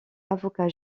avocat